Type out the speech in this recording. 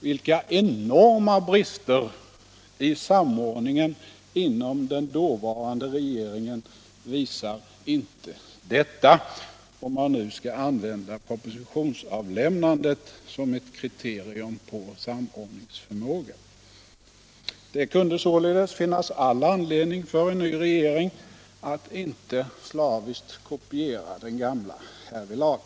Vilka enorma brister i samordningen inom den dåvarande regeringen visar inte detta, om man nu skall använda propositionsavlämnandet som ett kriterium på samordningsförmågan! Det kunde således finnas all anledning för en ny regering att inte slaviskt kopiera den gamla härvidlag.